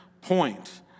point